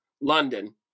London